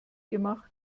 gemacht